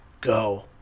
Go